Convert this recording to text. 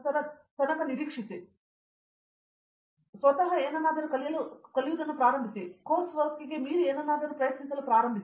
ನಿಮ್ಮ ಎರಡನೆಯ ವರ್ಷ ಮುಗಿದ ನಂತರ ನಿಮ್ಮ ಎರಡನೆ ವರ್ಷದಿಂದಲೇ ಇರಬಹುದು ಸ್ವತಃ ಏನನ್ನಾದರೂ ಕಲಿಯುವುದನ್ನು ಪ್ರಾರಂಭಿಸಿ ಕೋರ್ಸ್ ಕೆಲಸಕ್ಕೆ ಮೀರಿ ಏನನ್ನಾದರೂ ಪ್ರಯತ್ನಿಸಲು ಪ್ರಾರಂಭಿಸಿ